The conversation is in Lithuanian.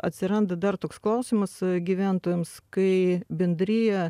atsiranda dar toks klausimas gyventojams kai bendrija